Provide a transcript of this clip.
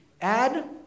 Add